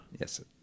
Yes